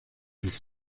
este